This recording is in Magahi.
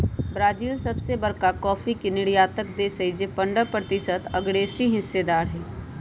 ब्राजील सबसे बरका कॉफी के निर्यातक देश हई जे पंडह प्रतिशत असगरेहिस्सेदार हई